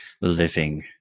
living